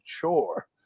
chore